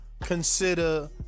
consider